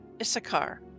Issachar